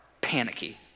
panicky